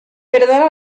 perdona